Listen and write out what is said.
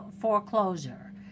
foreclosure